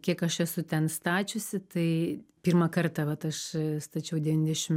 kiek aš esu ten stačiusi tai pirmą kartą vat aš stačiau devyniasdešim